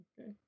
okay